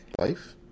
Life